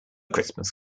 christmas